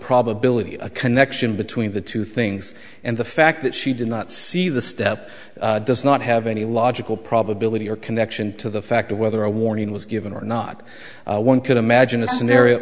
probability of a connection between the two things and the fact that she did not see the step does not have any logical probability or connection to the fact of whether a warning was given or not one could imagine